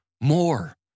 more